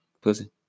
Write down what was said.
Pussy